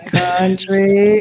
country